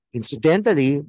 Incidentally